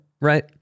right